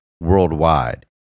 worldwide